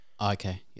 Okay